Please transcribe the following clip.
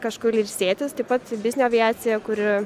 kažkur ilsėtis taip pat biznio aviacija kuri